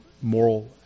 moral